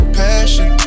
passion